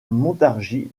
montargis